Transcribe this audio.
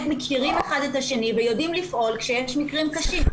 מכירים אחד את השני ויודעים לפעול כשיש מקרים קשים,